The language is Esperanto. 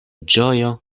ĝojo